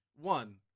one